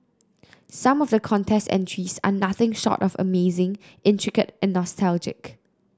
some of the contest entries are nothing short of amazing intricate and nostalgic